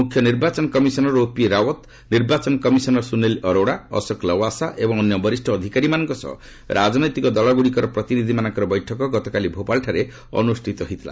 ମୁଖ୍ୟ ନିର୍ବାଚନ କମିଶନର୍ ଓପି ରାଓ୍ୱତ୍ ନିର୍ବାଚନ କମିଶନର୍ ସୁନୀଲ ଅରୋଡା ଅଶୋକ ଲୱାସା ଏବଂ ଅନ୍ୟ ବରିଷ୍ଣ ଅଧିକାରୀମାନଙ୍କ ସହ ରାଜନୈତିକ ଦଳଗୁଡ଼ିକର ପ୍ରତିନିଧିମାନଙ୍କର ବୈଠକ ଗତକାଲି ଭୋପାଳରେ ଅନୁଷ୍ଠିତ ହୋଇଥିଲା